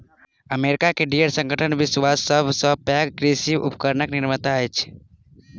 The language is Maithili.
अमेरिका के डियर संगठन विश्वक सभ सॅ पैघ कृषि उपकरण निर्माता अछि